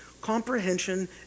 comprehension